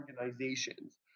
organizations